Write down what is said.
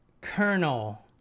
Colonel